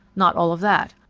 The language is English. not all of that.